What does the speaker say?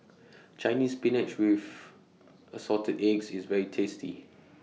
Chinese Spinach with Assorted Eggs IS very tasty